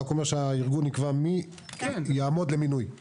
אני רק אומר שהארגון יקבע מי יעמוד למינוי, בסדר?